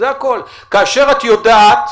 כאשר את יודעת,